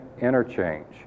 interchange